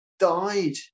died